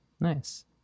Nice